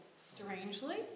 Strangely